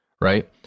right